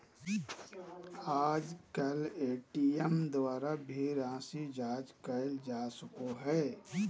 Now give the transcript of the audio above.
आजकल ए.टी.एम द्वारा भी राशी जाँच करल जा सको हय